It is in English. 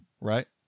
Right